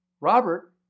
Robert